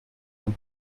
von